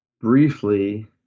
briefly